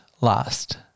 last